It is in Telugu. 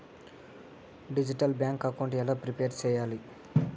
డిజిటల్ బ్యాంకు అకౌంట్ ఎలా ప్రిపేర్ సెయ్యాలి?